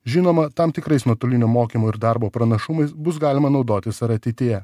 žinoma tam tikrais nuotolinio mokymo ir darbo pranašumais bus galima naudotis ir ateityje